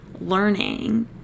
learning